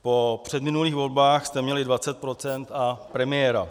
Po předminulých volbách jste měli 20 % a premiéra.